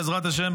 בעזרת השם,